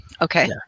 Okay